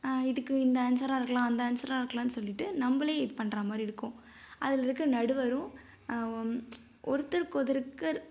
இதுக்கு இந்த ஆன்சராக இருக்கலாம் அந்த ஆன்சராக இருக்கலான்னு சொல்லிகிட்டு நம்மளே இது பண்ணுற மாதிரி இருக்கும் அதில் இருக்கிற நடுவரும் ஒருத்தருக்கொருத்தர்